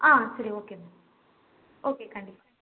ஆ சரி okay ma'am okay கண்டிப்பாக